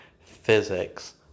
physics